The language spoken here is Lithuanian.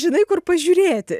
žinai kur pažiūrėti